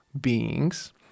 beings